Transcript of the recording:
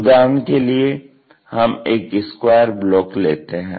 उदाहरण के लिए हम एक स्क्वायर ब्लॉक लेते हैं